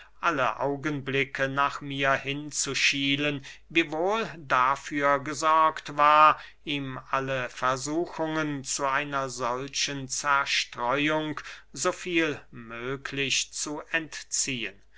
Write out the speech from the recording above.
alle augenblicke nach mir hinzuschielen wiewohl dafür gesorgt war ihm alle versuchungen zu einer solchen zerstreuung so viel möglich zu entziehen